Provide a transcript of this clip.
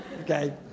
Okay